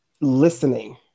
listening